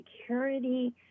security